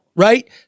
right